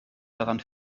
daran